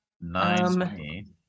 Nine